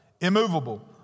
immovable